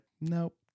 nope